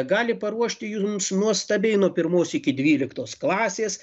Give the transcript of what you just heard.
gali paruošti jums nuostabiai nuo pirmos iki dvyliktos klasės